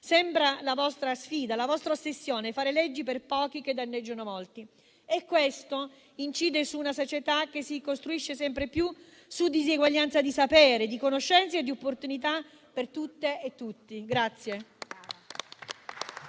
sfida, la vostra ossessione sembra essere quella di fare leggi per pochi che danneggiano molti e questo incide su una società che si costruisce sempre più su diseguaglianze di sapere, di conoscenze e di opportunità per tutte e tutti.